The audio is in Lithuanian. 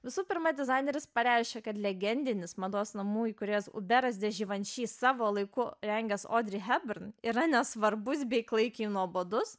visų pirma dizaineris pareiškė kad legendinis mados namų įkūrėjas uberas de givenchy savo laiku rengęs odė hebrajai yra nesvarbus bei klaikiai nuobodus